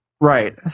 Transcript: Right